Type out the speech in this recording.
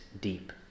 deep